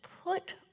put